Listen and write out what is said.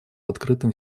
открытым